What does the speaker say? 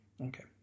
okay